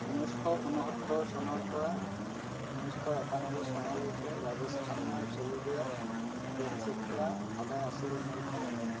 ঊনৈছশ ঊনসত্তৰ চনৰ পৰা ঊনৈছশ একান্নব্বৈ চনলৈকে ৰাজেশ খান্নাৰ ছবিবোৰত প্ৰেম চোপ্ৰা সদায় আছিল মূল খলনায়ক